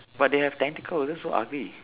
but they have tentacles that's so ugly